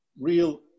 real